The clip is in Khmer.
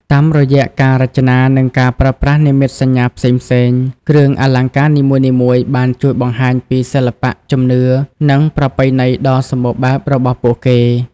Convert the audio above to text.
តាមរយៈការរចនា និងការប្រើប្រាស់និមិត្តសញ្ញាផ្សេងៗ គ្រឿងអលង្ការនីមួយៗបានជួយបង្ហាញពីសិល្បៈ ជំនឿ និងប្រពៃណីដ៏សម្បូរបែបរបស់ពួកគេ។